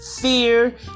fear